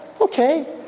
Okay